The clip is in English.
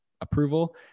approval